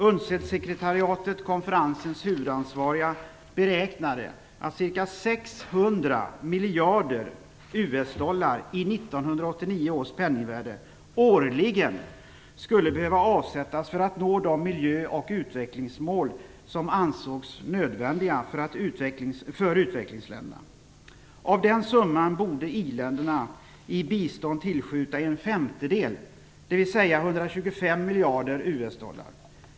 UNCED-sekretariatet, konferensens huvudansvarige, beräknade att ca 600 miljarder US-dollar i 1989 års penningvärde årligen skulle behöva avsättas när det gäller att nå de miljö och utvecklingsmål som ansågs nödvändiga för utvecklingsländerna. Av den summan borde i-länderna i bistånd tillskjuta en femtedel, dvs. 125 miljarder US-dollar.